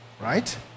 right